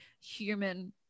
human